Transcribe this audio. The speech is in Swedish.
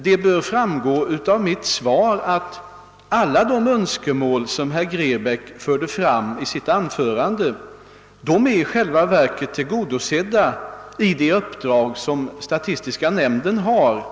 Det bör också av mitt svar framgå att alla önskemål som herr Grebäck angav i sitt anförande är tillgodosedda genom det uppdrag som statistiska nämnden har fått.